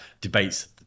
Debates